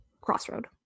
crossroad